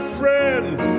friends